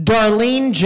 Darlene